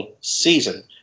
season